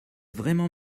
vraiment